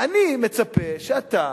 אני מצפה שאתה,